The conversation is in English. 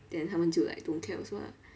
then 他们就 like don't care also ah